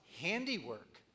handiwork